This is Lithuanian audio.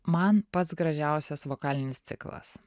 man pats gražiausias vokalinis ciklas